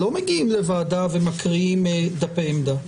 לא מגיעים לוועדה ומקריאים דפי עמדה,